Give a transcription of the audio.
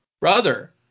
Brother